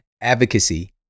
advocacy